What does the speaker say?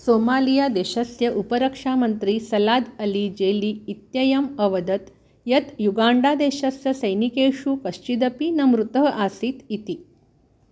सोमालियादेशस्य उपरक्षामन्त्री Salad Ali Jelle इत्ययम् अवदत् यत् युगाण्डादेशस्य सैनिकेषु कश्चिदपि न मृतः आसीत् इति